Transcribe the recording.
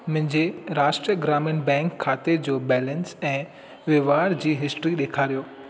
मुंहिंजे राष्ट्र ग्रामीण बैंक खाते जो बैलेंस ऐं वहिंवार जी हिस्ट्री ॾेखारियो